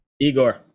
Igor